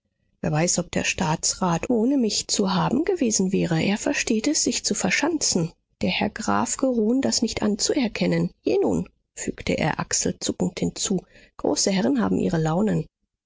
wer weiß ob der staatsrat ohne mich zu haben gewesen wäre er versteht es sich zu verschanzen der herr graf geruhen das nicht anzuerkennen je nun fügte er achselzuckend hinzu große herren haben ihre launen